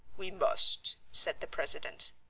we must, said the president.